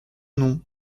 non